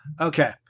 Okay